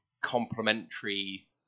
complementary